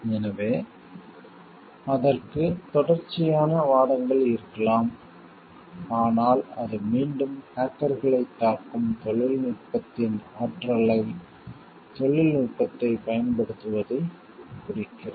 எனவே அதற்கு தொடர்ச்சியான வாதங்கள் இருக்கலாம் ஆனால் அது மீண்டும் ஹேக்கர்களைத் தாக்கும் தொழில்நுட்பத்தின் ஆற்றலைத் தொழில்நுட்பத்தைப் பயன்படுத்துவதைக் குறிக்கிறது